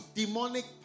demonic